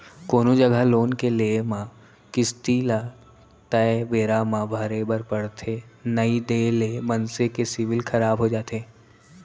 कोनो जघा लोन के लेए म किस्ती ल तय बेरा म भरे बर परथे नइ देय ले मनसे के सिविल खराब हो जाथे